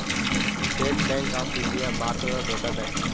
state Bank of India ಭಾರತದ ದೊಡ್ಡ bank